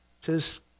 says